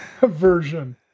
version